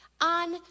on